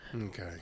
Okay